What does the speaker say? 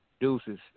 Deuces